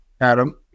Adam